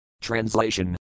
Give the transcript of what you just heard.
Translation